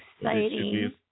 exciting